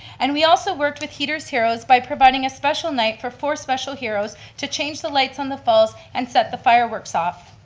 and we also worked with heater's heroes by providing a special night for four special heroes to change the lights on the falls and set the fireworks off.